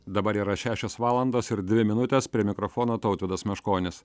dabar yra šešios valandos ir dvi minutės prie mikrofono tautvydas meškonis